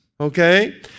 okay